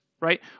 right